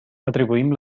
atribuïm